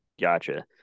gotcha